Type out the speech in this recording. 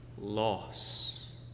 loss